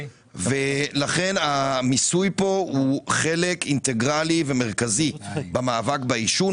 לכן המיסוי כאן הוא חלק אינטגרלי ומרכזי במאבק בעישון,